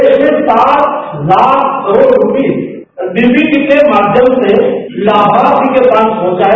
देश में सात लाख करोड़ रूपये डीपीटी के माध्यम से लाभार्थी के पास पहुंचाया